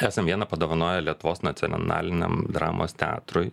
esam vieną padovanoję lietuvos nacionaliniam dramos teatrui